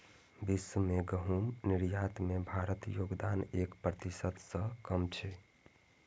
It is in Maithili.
विश्व के गहूम निर्यात मे भारतक योगदान एक प्रतिशत सं कम छै